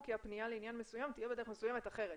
כי הפנייה לעניין מסוים תהיה בדרך מסוימת אחרת".